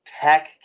tech